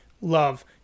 love